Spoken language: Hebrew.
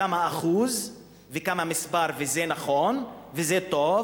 כמה אחוזים ומה המספר, וזה נכון וזה טוב,